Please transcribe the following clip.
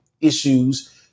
issues